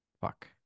Fuck